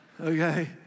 okay